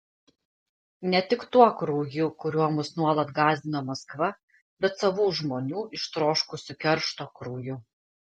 ne tik tuo krauju kuriuo mus nuolat gąsdino maskva bet savų žmonių ištroškusių keršto krauju